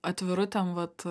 atvirutėm vat